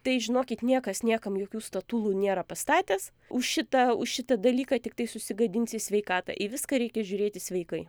tai žinokit niekas niekam jokių statulų nėra pastatęs už šitą už šitą dalyką tiktai susigadinsi sveikatą į viską reikia žiūrėti sveikai